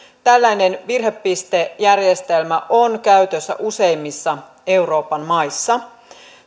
tällainen virhepistejärjestelmä on käytössä useimmissa euroopan maissa